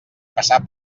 passar